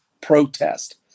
protest